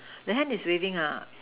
the hand is waving ah